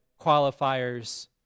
qualifiers